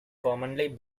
commonly